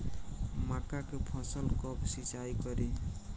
मका के फ़सल कब सिंचाई करी?